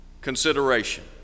consideration